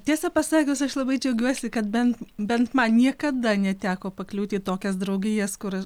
tiesą pasakius aš labai džiaugiuosi kad bent bent man niekada neteko pakliūti į tokias draugijas kur